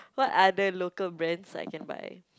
what other local brands I can buy